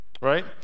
right